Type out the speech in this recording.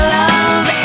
love